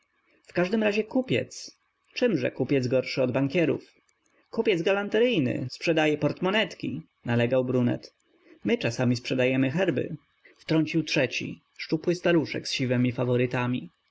w każdym razie kupiec czemże kupiec gorszy od bankierów kupiec galanteryjny sprzedaje portmonetki nalegał brunet my czasami sprzedajemy herby wtrącił trzeci szczupły staruszek z siwemi faworytami